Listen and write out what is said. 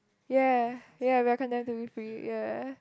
ya ya we are condemn to be free ya